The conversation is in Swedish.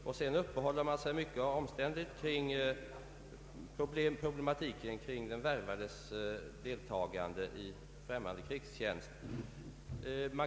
Utskottet uppehåller sig mycket och omständligt kring problematiken beträffande den värvades deltagande i främmande krigstjänst.